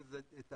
אם זה תאגיד,